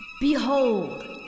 Behold